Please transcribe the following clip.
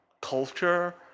culture